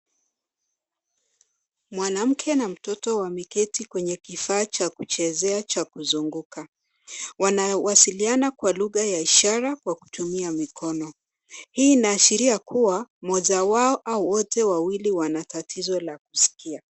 Mwanamke na mtoto wameketi kwenye kifaa cha kuchezea cha kuzunguka. Wanawasiliana kwa lugha ya ishara kwa kutumia mikono. Hii inaashiria kuwa moja wao au wote wawili wana tatizo la kusikia.